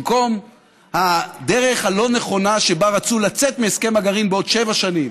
במקום הדרך הלא-נכונה שבה רצו לצאת מהסכם הגרעין בעוד שבע שנים,